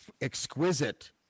exquisite